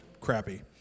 crappy